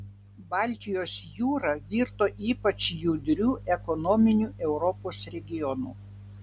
baltijos jūra virto ypač judriu ekonominiu europos regionu